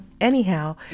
anyhow